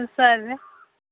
dancer